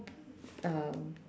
um